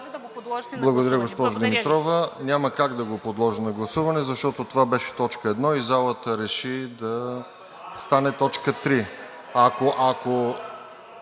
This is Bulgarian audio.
да го подложите на гласуване.